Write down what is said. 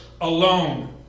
alone